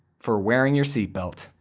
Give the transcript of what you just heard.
for wearing your seat belt.